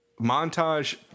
montage